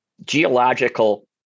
geological